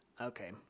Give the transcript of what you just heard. Okay